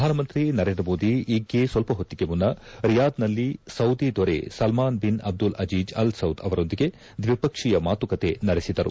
ಪ್ರಧಾನಮಂತ್ರಿ ನರೇಂದ್ರ ಮೋದಿ ಈಗ್ಗೆ ಸ್ವಲ್ಪ ಹೊತ್ತಿಗೆ ಮುನ್ನ ರಿಯಾದ್ನಲ್ಲಿ ಸೌದಿ ದೊರೆ Salman bin Abdul Aziz Al Saud ಅವರೊಂದಿಗೆ ದ್ವಿಪಕ್ಷೀಯ ಮಾತುಕತೆ ನಡೆಸಿದರು